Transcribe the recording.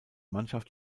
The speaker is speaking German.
mannschaft